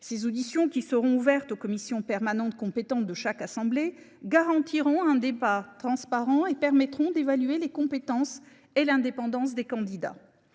Ces auditions, qui seront ouvertes aux commissions permanentes compétentes de chaque assemblée, garantiront un débat transparent et permettront d’évaluer les compétences et l’indépendance des candidats.